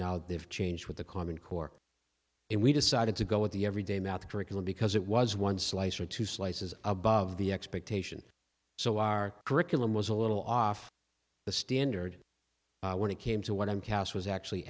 now they've changed with the common core and we decided to go with the every day mouth curriculum because it was one slice or two slices above the expectation so our curriculum was a little off the standard when it came to what i'm cast was actually